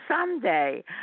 someday